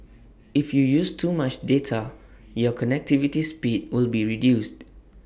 if you use too much data your connectivities speed will be reduced